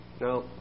Now